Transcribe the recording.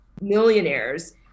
millionaires